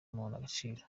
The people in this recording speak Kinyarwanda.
agaciro